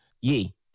Yee